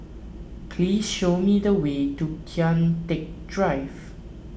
please show me the way to Kian Teck Drive